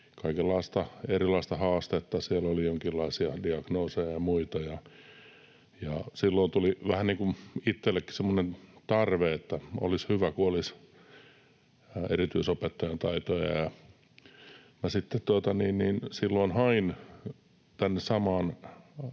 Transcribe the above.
kaikenlaista erilaista haastetta. Siellä oli jonkinlaisia diagnooseja ja muita, ja silloin tuli vähän itsellenikin semmoinen tarve, että olisi hyvä, kun olisi erityisopettajan taitoja. Minä sitten hain tänne samaan